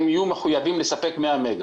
הם יהיו מחויבים לספק 100 מגה.